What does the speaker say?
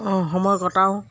অঁ সময় কটাও